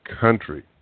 country